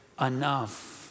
enough